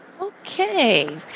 Okay